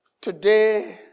Today